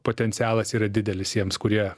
potencialas yra didelis jiems kurie